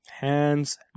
Hands